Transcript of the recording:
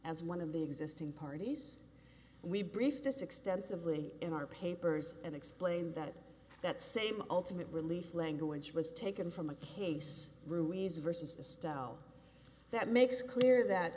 as one of the existing parties we briefed this extensively in our papers and explained that that same ultimate release language was taken from a case ruiz versus a style that makes clear that